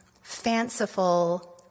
fanciful